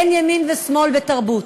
אין ימין ושמאל בתרבות,